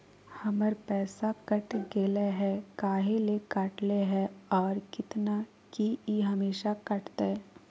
हमर पैसा कट गेलै हैं, काहे ले काटले है और कितना, की ई हमेसा कटतय?